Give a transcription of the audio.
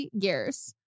years